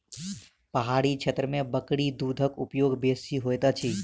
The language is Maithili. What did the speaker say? पहाड़ी क्षेत्र में बकरी दूधक उपयोग बेसी होइत अछि